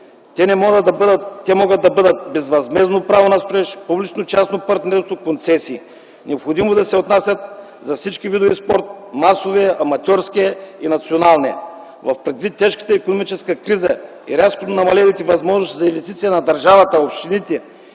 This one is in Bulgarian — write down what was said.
Те могат да бъдат: безвъзмездно право на строеж, публично-частно партньорство, концесии. Необходимо е да се отнасят за всички видове спорт – масов, аматьорски и национален. Предвид тежката икономическа криза и рязко намалелите възможности за инвестиции на държавата, общините